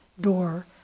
door